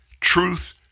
Truth